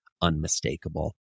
unmistakable